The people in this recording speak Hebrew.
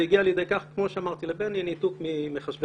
זה הגיע לידי כך כמו שאמרתי לבני שניתקו אותי מהמחשב.